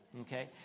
Okay